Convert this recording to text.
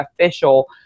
official